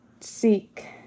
seek